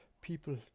People